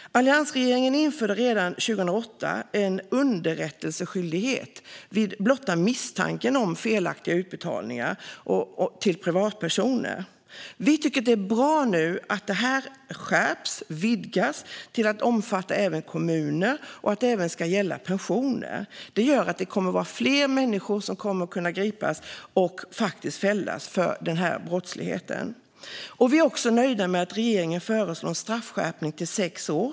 Alliansregeringen införde redan 2008 en underrättelseskyldighet vid blotta misstanken om felaktiga utbetalningar till privatpersoner. Vi tycker att det är bra att detta nu skärps och utvidgas till att omfatta även kommuner samt att det också ska gälla pensioner. Det gör att fler människor kommer att kunna gripas och fällas för denna brottslighet. Vi är också nöjda med att regeringen föreslår en straffskärpning till sex år.